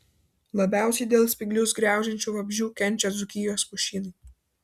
labiausiai dėl spyglius graužiančių vabzdžių kenčia dzūkijos pušynai